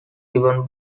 given